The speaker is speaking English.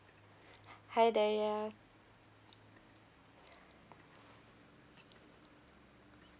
hi daria